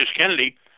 Kennedy